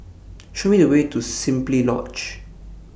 Show Me The Way to Simply Lodge